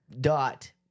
dot